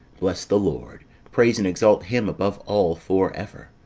bless the lord praise and exalt him above all for ever.